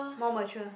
more mature